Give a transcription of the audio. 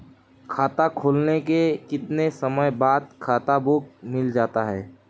खाता खुलने के कितने समय बाद खाता बुक मिल जाती है?